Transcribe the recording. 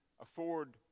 afford